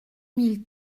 mille